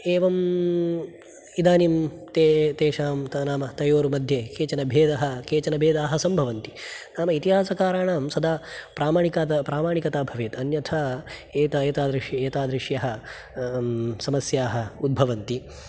एवं इदानीं ते तेषां त नाम तयोर्मध्ये केचन भेदः केचन भेदाः सम्भवन्ति नाम इतिहासकाराणां सदा प्रामणिक प्रामाणिकता भवेत् अन्यथा एता एतादृ एतादृश्यः समस्याः उद्भवन्ति